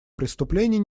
преступлений